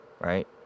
right